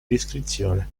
descrizione